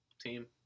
team